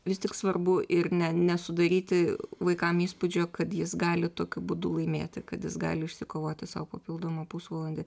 vis tik svarbu ir ne nesudaryti vaikam įspūdžio kad jis gali tokiu būdu laimėti kad jis gali išsikovoti sau papildomą pusvalandį